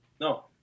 no